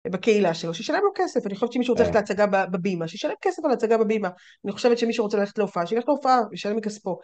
בקהילה שלו, שישלם לו כסף, אני חושבת שמישהו רוצה ללכת להצגה בבימה, שישלם כסף על הצגה בבימה, אני חושבת שמישהו רוצה ללכת להופעה, שילך להופעה וישלם לו כספו.